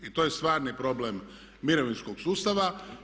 I to je stvarni problem mirovinskog sustava.